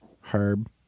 Herb